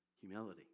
Humility